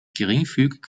geringfügig